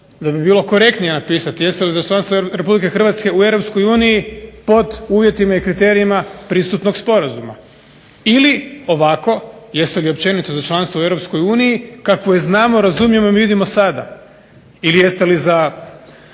da bi bilo korektnije napisati jeste li za članstvo Republike Hrvatske u Europskoj uniji pod uvjetima i kriterijima pristupnog sporazuma ili ovako jeste li općenito za članstvo u Europskoj uniji kakvu je znamo, razumijemo i vidimo sada. Ili jeste li za,